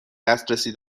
دسترسی